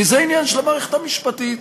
כי זה עניין של המערכת המשפטית,